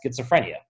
schizophrenia